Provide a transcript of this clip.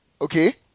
okay